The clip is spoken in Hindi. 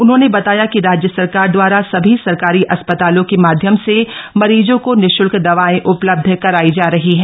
उन्होंने बताया कि राज्य सरकार द्वारा सभी सरकारी अस्पतालों के माध्यम से मरीजों को निश्ल्क दवाएं उपलब्ध कराई जा रही हैं